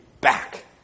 back